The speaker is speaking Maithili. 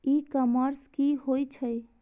ई कॉमर्स की होए छै?